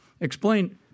explain